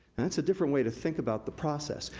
and it's a different way to think about the process.